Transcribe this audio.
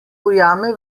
ujame